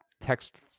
text